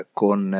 con